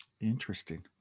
Interesting